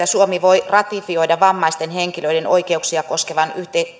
suomi voi ratifioida vammaisten henkilöiden oikeuksia koskevan